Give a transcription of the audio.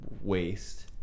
waste